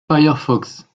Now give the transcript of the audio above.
firefox